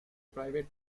private